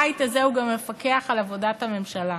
הבית הזה הוא גם מפקח על עבודת הממשלה,